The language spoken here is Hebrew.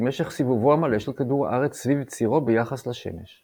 היא משך סיבובו המלא של כדור הארץ סביב צירו ביחס לשמש.